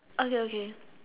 okay okay